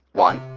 one.